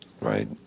right